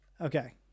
Okay